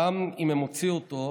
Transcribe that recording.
גם אם הן הוציאו אותו